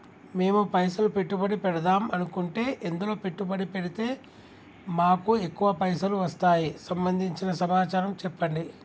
మేము పైసలు పెట్టుబడి పెడదాం అనుకుంటే ఎందులో పెట్టుబడి పెడితే మాకు ఎక్కువ పైసలు వస్తాయి సంబంధించిన సమాచారం చెప్పండి?